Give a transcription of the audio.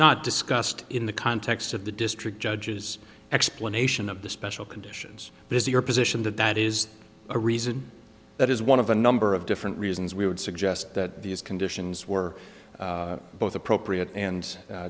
not discussed in the context of the district judges explanation of the special conditions this is your position that that is a reason that is one of a number of different reasons we would suggest that these conditions were both appropriate and